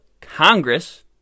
Congress